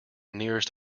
nearest